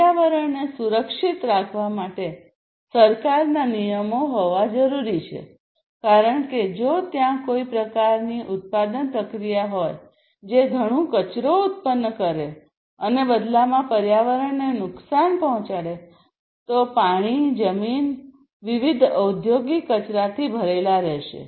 પર્યાવરણને સુરક્ષિત રાખવા માટે સરકારના નિયમો હોવા જોઈએ કારણ કે જો ત્યાં કોઈ પ્રકારની ઉત્પાદન પ્રક્રિયા હોય જે ઘણું કચરો ઉત્પન્ન કરે છે અને બદલામાં પર્યાવરણને નુકસાન પહોંચાડે છે તો પાણી જમીન વિવિધ ઔદ્યોગિક કચરાથી ભરેલા છે